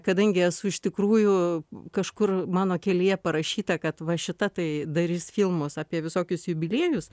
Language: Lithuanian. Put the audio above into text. kadangi esu iš tikrųjų kažkur mano kelyje parašyta kad va šita tai darys filmus apie visokius jubiliejus